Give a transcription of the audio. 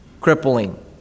crippling